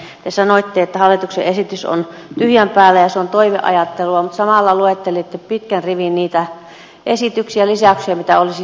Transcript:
nimittäin te sanoitte että hallituksen esitys on tyhjän päällä ja se on toiveajattelua mutta samalla luettelitte pitkän rivin niitä esityksiä lisäyksiä mitä olisitte halunneet budjettiin